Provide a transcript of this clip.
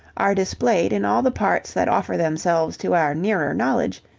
are displayed in all the parts that offer themselves to our nearer knowledge,